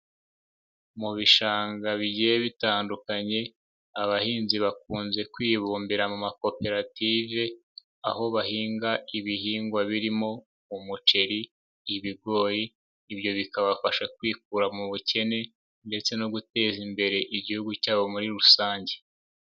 Mu bishanga bigiye bitandukanye, abahinzi bakunze kwibumbira mu makoperative, aho bahinga ibihingwa birimo umuceri, ibigori ibyo bikabafasha kwikura mu bukene ndetse no guteza imbere igihugu cyabo muri rusange.